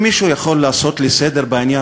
אם מישהו יכול לעשות לי סדר בעניין